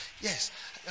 Yes